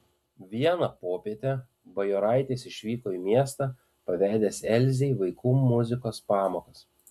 vieną popietę bajoraitis išvyko į miestą pavedęs elzei vaikų muzikos pamokas